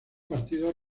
partidos